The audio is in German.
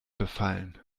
befallen